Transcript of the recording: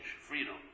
freedom